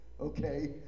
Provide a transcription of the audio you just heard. Okay